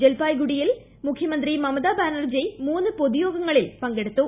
ജൽപായ്ഗുരിയിൽ മുഖ്യമന്ത്രി മമത ബാനർജി മൂന്ന് പൊതുയോഗങ്ങളിൽ പങ്കെടുത്തു